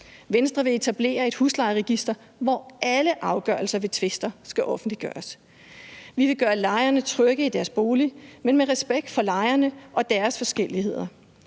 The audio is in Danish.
Venstre vil etablere et huslejeregister, hvor alle afgørelser ved tvister skal offentliggøres. Vi vil gøre lejerne trygge i deres bolig, men med respekt for lejerne og deres forskelligheder.